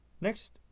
next